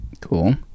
Cool